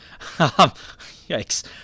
Yikes